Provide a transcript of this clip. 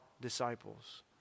disciples